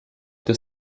des